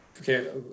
Okay